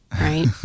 right